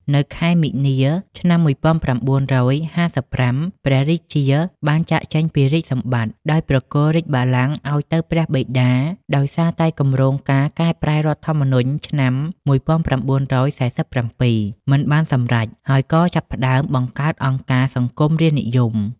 នៅខែមីនា ឆ្នាំ ១៩៥៥ ព្រះរាជាបានចាកចេញពីរាជសម្បត្តិ ដោយប្រគល់រាជបល្ល័ង្កឱ្យទៅព្រះបិតា ដោយសារតែគម្រោងការកែប្រែរដ្ឋធម្មនុញ្ញឆ្នាំ ១៩៤៧ មិនបានសម្រេច ហើយក៏ចាប់ផ្ដើមបង្កើតអង្គការសង្គមរាស្ត្រនិយម។